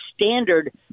standard